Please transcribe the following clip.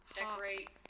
decorate